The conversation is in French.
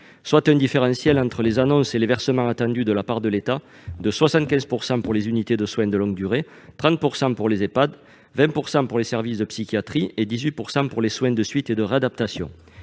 soit un différentiel entre les annonces et les versements attendus de la part de l'État de 75 % pour les unités de soins de longue durée, 30 % pour les Ehpad, 20 % pour les services de psychiatrie et 18 % pour les soins de suite et de réadaptation.